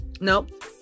Nope